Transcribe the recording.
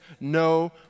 no